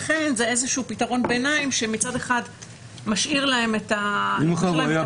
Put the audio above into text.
לכן זה פתרון ביניים שמשאיר להם את הפתח.